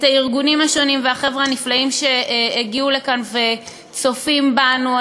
את הארגונים השונים ואת החבר'ה הנפלאים שהגיעו לכאן וצופים בנו.